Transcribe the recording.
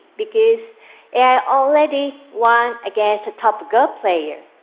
because ai already won against a top go player.